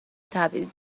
تبعیض